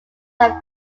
have